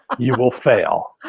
you will fail.